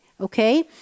Okay